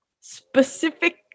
specific